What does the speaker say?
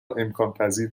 امکانپذیر